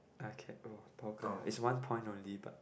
okay oh bao ka liao it's only one point only but